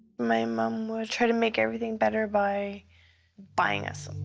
my mom would try to make everything better by buying us